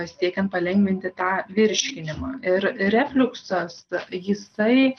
siekiant palengvinti tą virškinimą ir refliuksas jisai